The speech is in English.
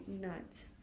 nuts